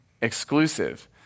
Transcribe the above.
exclusive